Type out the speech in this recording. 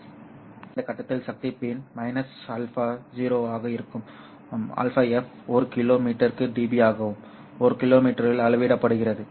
எனவே இந்த கட்டத்தில் சக்தி பின் αco αfL ஆக இருக்கும் αf ஒரு கிலோ மீட்டருக்கு dB ஆகவும் L கிலோ மீட்டரில் அளவிடப்படுகிறது